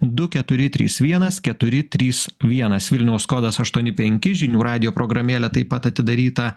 du keturi trys vienas keturi trys vienas vilniaus kodas aštuoni penki žinių radijo programėlė taip pat atidaryta